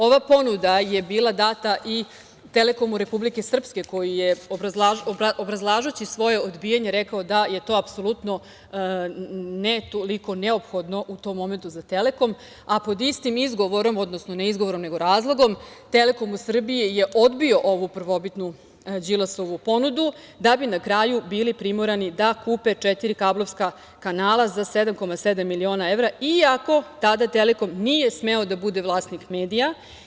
Ova ponuda je bila data i „Telekomu“ Republike Srpske koji je obrazlažući svoje odbijanje rekao da je to apsolutno ne toliko neophodno u tom momentu za „Telekom“, a pod istim izgovorom, odnosno ne izgovorom nego razlogom „Telekom“ Srbije je odbio ovu prvobitnu Đilasovu ponudu, da bi na kraju bili primorani da kupe četiri kablovska kanala za 7,7 miliona evra, iako tada „Telekom“ nije smeo da bude vlasnik medija.